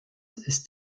ist